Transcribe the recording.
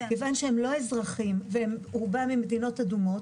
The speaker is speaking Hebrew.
כיוון שהם לא אזרחים ורובם ממדינות אדומות,